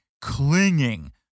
clinging